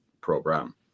program